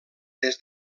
des